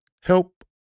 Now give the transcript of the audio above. help